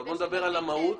בוא נדבר רגע על המהות.